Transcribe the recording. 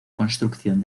construcción